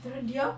the real do